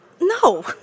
No